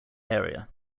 area